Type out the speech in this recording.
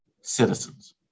citizens